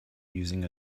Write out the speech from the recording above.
using